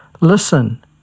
Listen